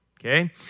okay